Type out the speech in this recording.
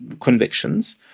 convictions